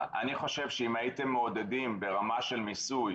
אני חושב שאם הייתם מעודדים ברמה של מיסוי